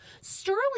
Sterling